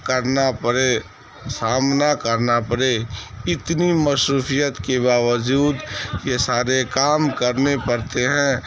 کرنا پڑے سامنا کرنا پڑے اتنی مصروفیت کے باوجود یہ سارے کام کرنے پرتے ہیں